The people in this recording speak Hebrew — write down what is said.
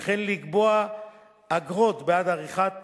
וכן לקבוע אגרות בעד עריכת